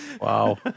Wow